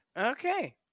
okay